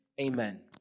amen